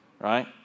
right